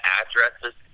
addresses